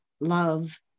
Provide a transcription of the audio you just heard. love